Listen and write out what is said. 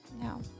No